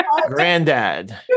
Granddad